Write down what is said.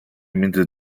między